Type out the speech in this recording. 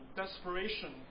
desperation